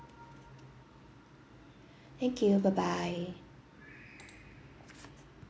thank you bye bye